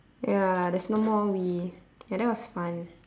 ya there's no more wii ya that was fun